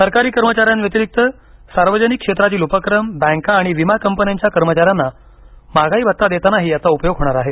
सरकारी कर्मचाऱ्यांव्यतिरिक्त सार्वजनिक क्षेत्रातील उपक्रम बँका आणि विमा कंपन्यांच्या कर्मचाऱ्यांना महागाई भत्ता देतानाही याचा उपयोग होणार आहे